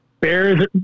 Bears